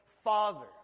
father